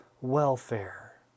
welfare